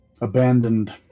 abandoned